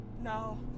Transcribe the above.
No